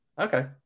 okay